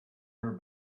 her